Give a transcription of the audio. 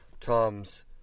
Tom's